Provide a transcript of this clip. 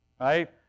right